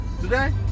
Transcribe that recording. today